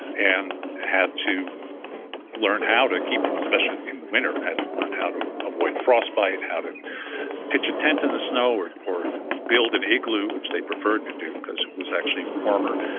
and had to learn how to keep, especially in the winter, had to learn how to avoid frostbite, how to pitch a tent in the snow or or build an igloo, which they preferred to do because it was actually warmer,